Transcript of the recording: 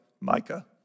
Micah